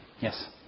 Yes